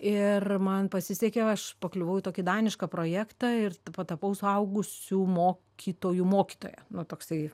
ir man pasisekė aš pakliuvau į tokį danišką projektą ir patapau suaugusių mokytojų mokytoja nu toksai